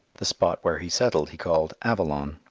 the spot where he settled he called avalon.